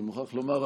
אני מוכרח לומר,